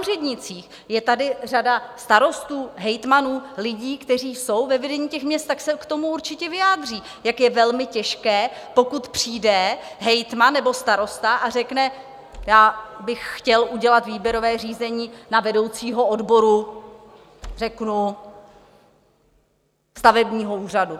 Je tady řada starostů, hejtmanů, lidí, kteří jsou ve vedení těch měst, tak se k tomu určitě vyjádří, jak je velmi těžké, pokud přijde hejtman nebo starosta a řekne: Já bych chtěl udělat výběrové řízení na vedoucího odboru řeknu stavebního úřadu.